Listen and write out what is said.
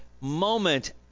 moment